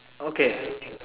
okay